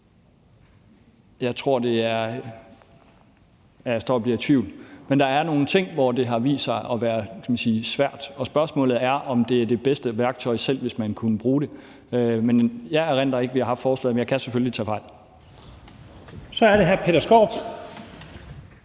udfordringer, og jeg står og bliver i tvivl. Men der er nogle ting, hvor det, kan man sige, har vist sig at være svært, og spørgsmålet er, om det er det bedste værktøj, selv hvis man kunne bruge det. Jeg erindrer ikke, at vi har haft forslaget. Men jeg kan selvfølgelig tage fejl. Kl. 10:05 Første